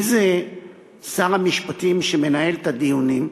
מי זה שר המשפטים שמנהל את הדיונים.